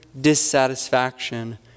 dissatisfaction